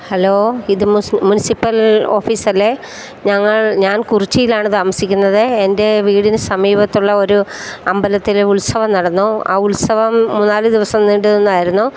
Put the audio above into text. hello ഇത് municipal ഓഫീസല്ലേ ഞങ്ങൾ ഞാൻ കുറിച്ചിയിലാണ് താമസിക്കുന്നത് എൻ്റെ വീടിന് സമീപത്തുള്ള ഒരു അമ്പലത്തിൽ ഉത്സവം നടന്നു ആ ഉത്സവം മൂന്നാലു ദിവസം നീണ്ടു നിന്നായിരുന്നു